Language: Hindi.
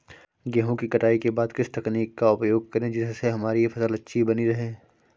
गेहूँ की कटाई के बाद किस तकनीक का उपयोग करें जिससे हमारी फसल अच्छी बनी रहे?